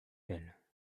pell